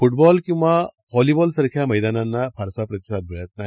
football किंवा व्हॅलिबॉलसारख्या मैदानांना फारसा प्रतिसाद मिळत नाही